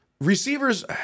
receivers